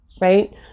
right